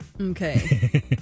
Okay